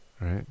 Right